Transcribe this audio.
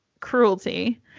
Cruelty